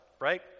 right